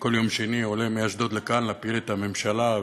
כל יום שני עולה מאשדוד לכאן להפיל את הממשלה,